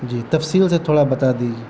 جی تفصیل سے تھوڑا بتا دیجیے